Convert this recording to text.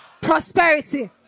prosperity